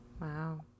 Wow